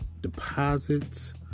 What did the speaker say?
Deposits